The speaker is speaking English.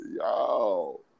Yo